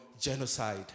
genocide